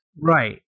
Right